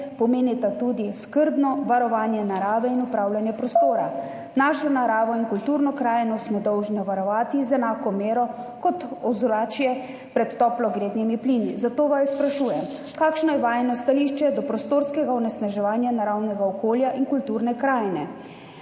pomenita tudi skrbno varovanje narave in upravljanje prostora. Naravo in kulturno krajino smo dolžni varovati z enako mero kot ozračje pred toplogrednimi plini, zato vaju, spoštovana ministra, sprašujem: Kakšno je vajino stališče do prostorskega onesnaževanja naravnega okolja in kulturne krajine?